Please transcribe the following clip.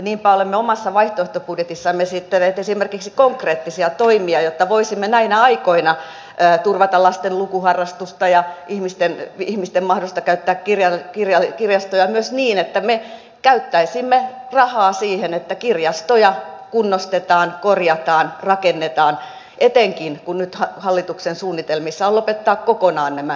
niinpä olemme omassa vaihtoehtobudjetissamme esittäneet esimerkiksi konkreettisia toimia jotta voisimme näinä aikoina turvata lasten lukuharrastusta ja ihmisten mahdollisuutta käyttää kirjastoja myös niin että me käyttäisimme rahaa siihen että kirjastoja kunnostetaan korjataan rakennetaan etenkin kun nyt hallituksen suunnitelmissa on lopettaa kokonaan nämä kirjastorakentamisen määrärahat